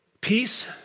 Peace